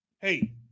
hey